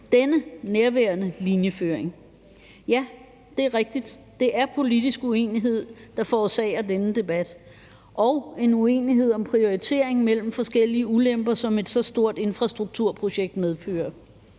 den nærværende linjeføring. Ja, det er rigtigt, at det er en politisk uenighed, der forårsager denne debat, og en uenighed om prioriteringen mellem forskellige ulemper, som et så stort infrastrukturprojekt medfører.